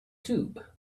tube